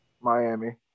Miami